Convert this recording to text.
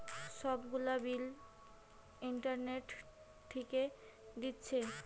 সব গুলা bill internet থিকে দিচ্ছে